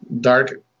dark